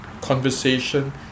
conversation